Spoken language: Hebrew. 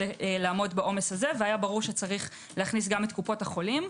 לעמוד בעומס הזה והיה ברור שלהכניס גם את קופות החולים.